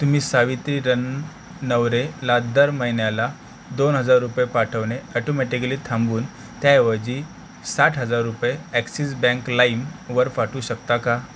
तुम्ही सावित्री रणनवरेला दर महिन्याला दोन हजार रुपये पाठवणे ऑटोमॅटिकली थांबवून त्याऐवजी साठ हजार रुपये ॲक्सिस बँक लाईमवर पाठवू शकता का